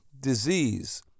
disease